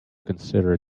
consider